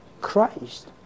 Christ